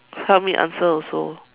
help me answer also